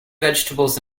vegetables